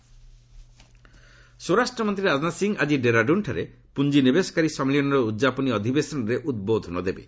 ରାଜନାଥ ଡେରାଡୁନ୍ ସ୍ୱରାଷ୍ଟ୍ରମନ୍ତ୍ରୀ ରାଜନାଥ ସିଂ ଆଜି ଡେରାଡୁନ୍ଠାରେ ପୁଞ୍ଜିନିବେଶକାରୀ ସମ୍ମିଳନୀର ଉଦ୍ଯାପନୀ ଅଧିବେଶନରେ ଉଦ୍ବୋଧନ ଦେବେ